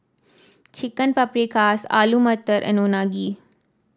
Chicken Paprikas Alu Matar and Unagi